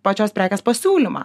pačios prekės pasiūlymą